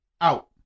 out